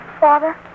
Father